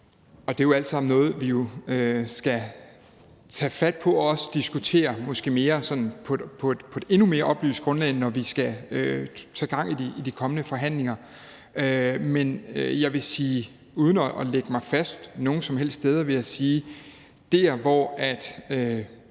Det er jo alt sammen noget, vi skal tage fat på og også diskutere, måske mere sådan på et endnu mere oplyst grundlag, når vi skal i gang med de kommende forhandlinger. Men uden at lægge mig fast nogen som